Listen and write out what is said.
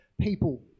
people